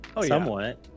somewhat